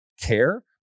care